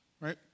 Right